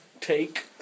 take